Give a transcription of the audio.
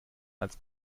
als